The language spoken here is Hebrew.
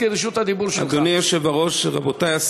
אם כן,